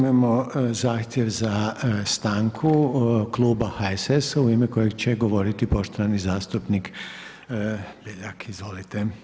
Sad imamo zahtjev za stanku kluba HSS-a u ime kojeg će govoriti poštovani zastupnik Beljak, izvolite.